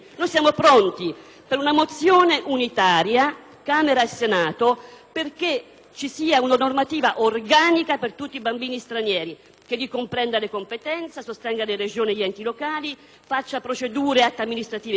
(Camera e Senato) perché ci sia una normativa organica per tutti i bambini stranieri, che ricomprenda le competenze, sostenga le Regioni e gli enti locali, preveda procedure e atti amministrativi chiari e si avvalga dei fondi europei. Anche